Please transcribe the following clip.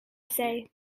say